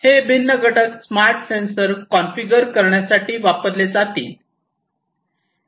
हे भिन्न घटक स्मार्ट सेन्सर कॉन्फिगर करण्यासाठी वापरले जातील